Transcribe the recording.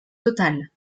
total